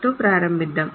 తో ప్రారంభిద్దాము